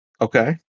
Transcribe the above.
Okay